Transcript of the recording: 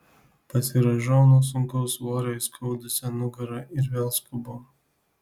pasirąžau nuo sunkaus svorio įskaudusią nugarą ir vėl skubu